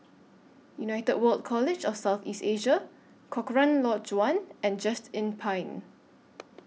United World College of South East Asia Cochrane Lodge one and Just Inn Pine